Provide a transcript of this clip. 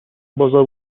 بازار